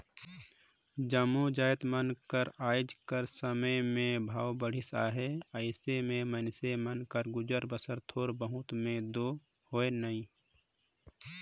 जम्मो जाएत मन कर आएज कर समे में भाव बढ़िस अहे अइसे में मइनसे मन कर गुजर बसर थोर बहुत में दो होए नई